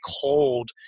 cold